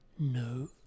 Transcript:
no